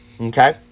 okay